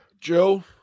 Joe